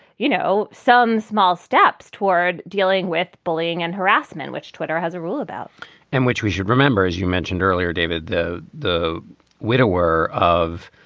you know, some small steps toward dealing with bullying and harassment, which twitter has a rule about in which we should remember, as you mentioned earlier, david, the the widower of